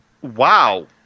Wow